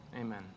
Amen